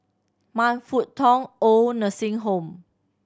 Man Fut Tong OId Nursing Home